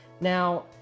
Now